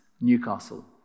Newcastle